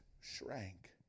shrank